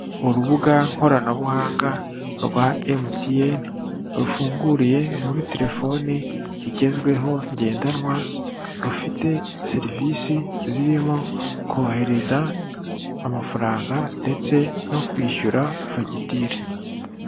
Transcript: Urubuga nkoranabuhanga rwa emutiyene, rufunguriye muri telefoni igezweho ngendanwa, rufite serivisi zirimo kohereza amafaranga ndetse no kwishyura fagitire.